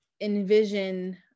envision